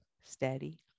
steady